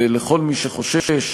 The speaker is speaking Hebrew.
ולכל מי שחושש,